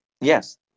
Yes